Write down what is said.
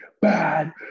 bad